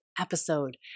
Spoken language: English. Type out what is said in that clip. episode